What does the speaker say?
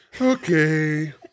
okay